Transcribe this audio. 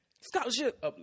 scholarship